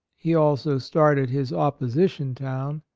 he also started his opposition town,